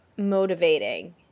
Motivating